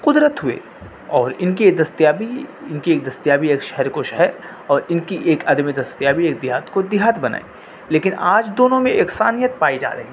قدرت ہوئے اور ان کے دستیابی ان کے ایک دستیابی ایک شہر کو شہر اور ان کی ایک عدم دستیابی ایک دیہات کو دیہات بنائے لیکن آج دونوں میں پائی جا رہی ہے